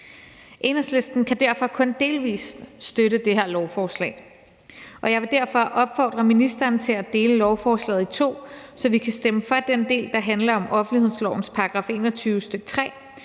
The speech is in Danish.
Enhedslisten kan derfor kun delvis støtte det her lovforslag, og jeg vil derfor opfordre ministeren til at dele lovforslaget i to, så vi kan stemme for den del, der handler om offentlighedslovens § 21, stk. 3,